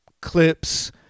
clips